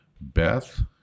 Beth